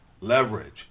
leverage